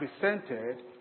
presented